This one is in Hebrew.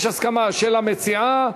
יש הסכמה של המציעה.